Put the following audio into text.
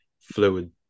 fluid